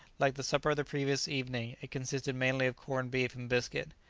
like the supper of the previous evening it consisted mainly of corned beef and biscuit.